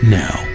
now